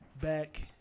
Back